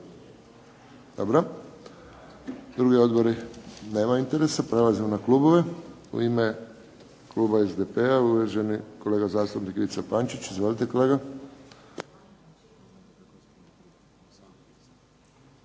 Dobro. Drugi odbori? Nema interesa. Prelazimo na klubove. U ime kluba SDP-a, uvaženi kolega zastupnik Ivica Pančić. Izvolite kolega.